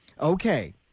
Okay